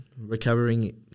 recovering